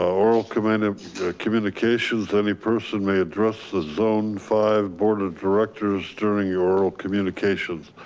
oral command and communications. any person may address the zone five board of directors during your oral communications,